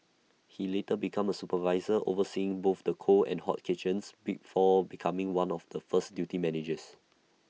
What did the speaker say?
he later became A supervisor overseeing both the cold and hot kitchens before becoming one of the first duty managers